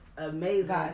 Amazing